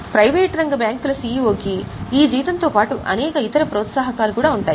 private రంగ బ్యాంకుల CEO కి ఈ జీతం తో పాటు అనేక ఇతర ప్రోత్సాహకాలు కూడా ఉంటాయి